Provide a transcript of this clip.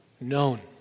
known